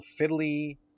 fiddly